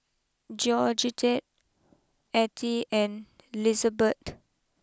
Georgette Attie and Lizabeth